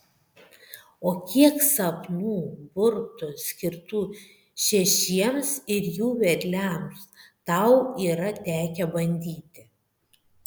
o kiek sapnų burtų skirtų šešiems ir jų vedliams tau yra tekę bandyti